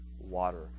water